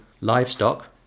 livestock